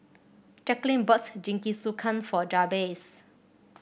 Jacquelyn bought Jingisukan for Jabez